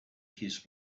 his